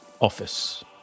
office